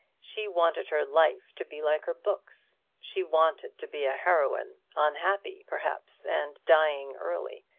she wanted her life to be like her books she wanted to be a heroine unhappy perhaps, and dying early.